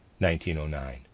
1909